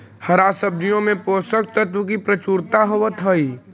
हरा सब्जियों में पोषक तत्व की प्रचुरता होवत हई